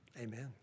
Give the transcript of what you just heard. Amen